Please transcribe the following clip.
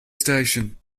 station